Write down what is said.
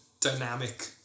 dynamic